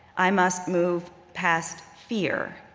i must move past fear,